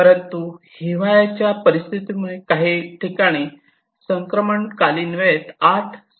परंतु हिवाळ्याच्या परिस्थितीमुळे काही ठिकाणी संक्रमणकालीन वेळेत 8 सीझन म्हणतात